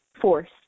force